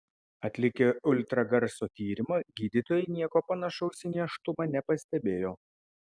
atlikę ultragarso tyrimą gydytojai nieko panašaus į nėštumą nepastebėjo